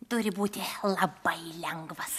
turi būti labai lengvas